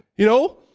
you know?